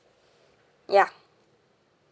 ya